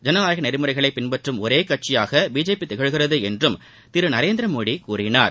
ஜனநாயக நெறிமுறைகளை பின்பற்றும் ஒரே கட்சியாக பிஜேபி திகழ்கிறது என்றும் திரு நரேந்திரமோடி கூறினார்